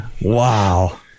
Wow